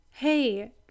Hey